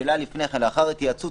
"לאחר התייעצות,